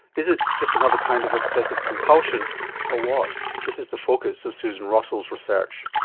is it just another kind of obsessive compulsion or what? this is the focus of susan rossell's research.